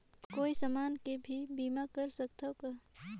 कोई समान के भी बीमा कर सकथव का?